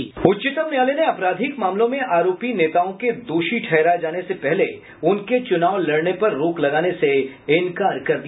उच्चतम न्यायालय ने आपराधिक मामलों में आरोपी नेताओं के दोषी ठहराए जाने से पहले उनके चुनाव लड़ने पर रोक लगाने से इनकार कर दिया